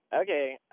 Okay